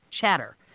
chatter